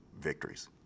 victories